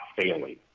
failing